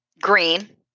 Green